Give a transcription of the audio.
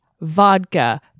vodka